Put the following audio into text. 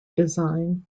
design